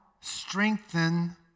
strengthen